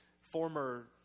former